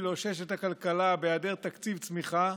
לאושש את הכלכלה בהיעדר תקציב צמיחה,